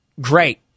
great